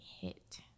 hit